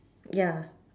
ya